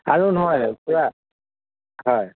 আৰু নহয় খুড়া হয়